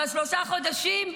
אבל שלושה חודשים?